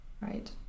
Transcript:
right